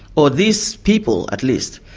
or these people at least,